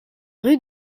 rue